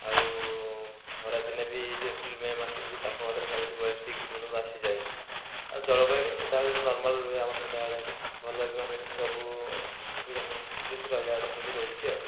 ଆଉ ଖରା ଦିନେ ବି ଯେ ଏପ୍ରିଲ ମେ ମାସରେ ବି ତାପମାତ୍ରା ଚାଳିଶ ବୟାଳିଶ ଡିଗ୍ରୀ ପର୍ଯ୍ୟନ୍ତ ଆସିଯାଏ ଆଉ ଜଳବାୟୁ ତ ସଦାବେଳେ ନର୍ମାଲ ରୁହେ ଆମର ସଦାବେଳେ ଭଲ ବି ମାନେ ସବୁ ଅପେକ୍ଷା ଯେମିତି ରହିବା କଥା ସେମିତି ରହୁଛି ଆଉ